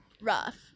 rough